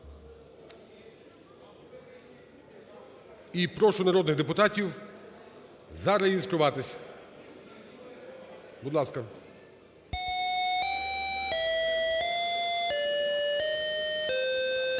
І прошу народних депутатів зареєструватись, будь ласка.